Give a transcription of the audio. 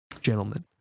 gentlemen